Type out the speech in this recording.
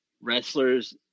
wrestlers